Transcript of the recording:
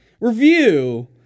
review